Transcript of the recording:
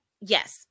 yes